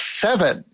seven